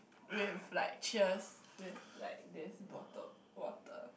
with like cheers with like this bottled water